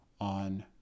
on